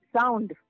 sound